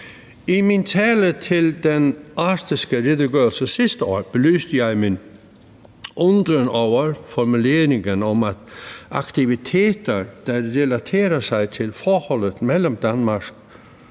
af den arktiske redegørelse sidste år belyste jeg min undren over formuleringen om, at »aktiviteter, der relaterer sig til forholdet mellem Danmark